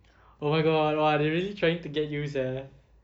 oh my god !wah! they really trying to get you [sial]